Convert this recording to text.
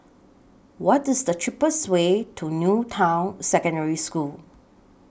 What IS The cheapest Way to New Town Secondary School